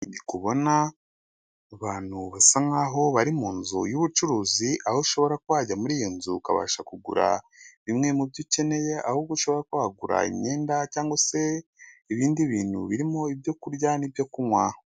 Ubona abantu basa nk'a bari mu nzu y'ubucuruzi aho ushobora kwajya muri iyo nzu ukabasha kugura bimwe mu byo ukeneye ahubwo ushaka kwagura imyenda cyangwa se ibindi bintu birimo ibyo kurya n'ibyo kunywa.